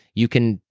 you can.